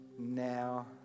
Now